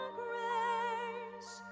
grace